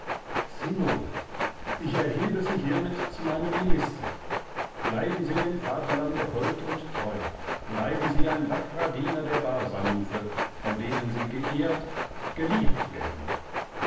zinnober ich erhebe sie hiermit zu meinem minister bleiben sie dem vaterlande hold und treu bleiben sie ein wackrer diener der barsanuphe von denen sie geehrt geliebt werden